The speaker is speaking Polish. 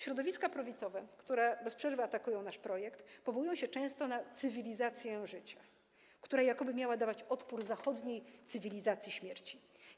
Środowiska prawicowe, które bez przerwy atakują nasz projekt, powołują się często na cywilizację życia, która jakoby miała dawać odpór zachodniej cywilizacji śmierci.